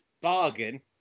Bargain